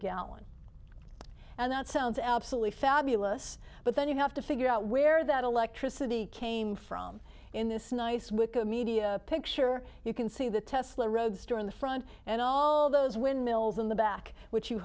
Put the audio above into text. gallon and that sounds absolutely fabulous but then you have to figure out where that electricity came from in this nice with the media picture you can see the tesla roadster in the front and all those windmills in the back which you